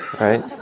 right